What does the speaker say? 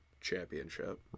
Championship